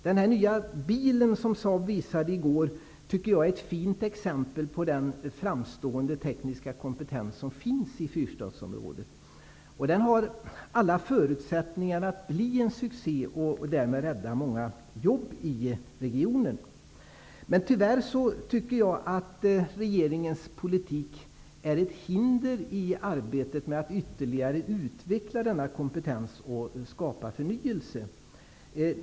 Den nya bil som Saab visade i går är ett fint exempel på den framstående tekniska kompetens som finns i fyrstadsområdet. Den har alla förutsättningar att bli en succé och därmed att rädda många jobb i regionen. Tyvärr är regeringens politik ett hinder i arbetet med att ytterligare utveckla denna kompetens och att skapa förnyelse.